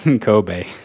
Kobe